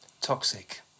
toxic